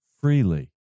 freely